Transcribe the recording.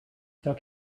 still